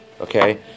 okay